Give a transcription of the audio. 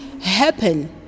happen